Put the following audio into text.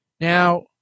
Now